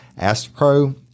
AstroPro